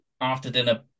after-dinner